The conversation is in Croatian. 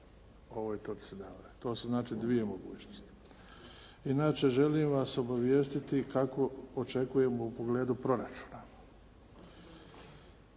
ovoj točci. To su znači dvije mogućnosti. Inače želim vas obavijestiti kako očekujemo u pogledu proračuna.